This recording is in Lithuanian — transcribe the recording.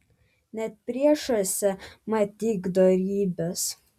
net priešuose matyk dorybes